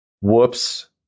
Whoops